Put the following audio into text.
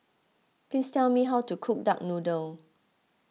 please tell me how to cook Duck Noodle